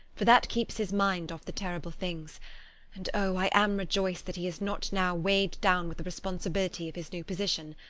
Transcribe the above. for that keeps his mind off the terrible things and oh, i am rejoiced that he is not now weighed down with the responsibility of his new position.